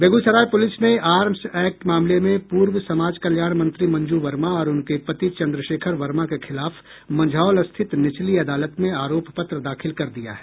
Begusarai police ने arms act मामले में पूर्व समाज कल्याण मंत्री मंजू वर्मा और उनके पति चंद्रशेखर वर्मा के खिलाफ मंझौल स्थित निचली अदालत में आरोप पत्र दाखिल कर दिया है